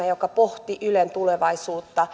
joka pohti ylen tulevaisuutta